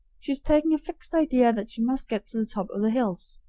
she's taken a fixed idea that she must get to the top o' the hills.